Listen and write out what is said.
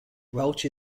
welch